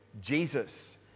Jesus